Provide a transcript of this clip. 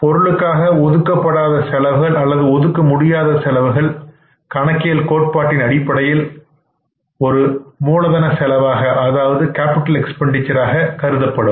பொருட்களுக்காக ஒதுக்கப்படாத செலவுகள் அல்லது ஒதுக்க முடியாத செலவுகள் கணக்கியல் கோட்பாட்டின் அடிப்படையில் ஒரு மூலதன செலவாக கருதப்படும்